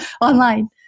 online